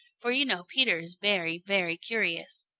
for you know peter is very, very curious.